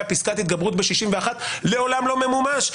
פסקת התגברות ב-61 לעולם לא ממומש,